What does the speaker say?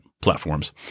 platforms